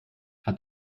hat